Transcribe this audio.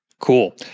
Cool